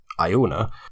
Iona